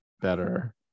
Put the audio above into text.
better